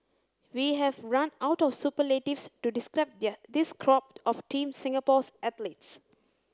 we have run out of superlatives to describe this crop of Team Singapore's athletes